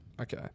Okay